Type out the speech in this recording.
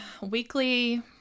weekly